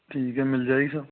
ठीक है मिल जाएगी साहब